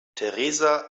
theresa